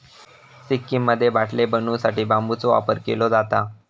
सिक्कीममध्ये बाटले बनवू साठी बांबूचा वापर केलो जाता